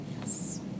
yes